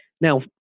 now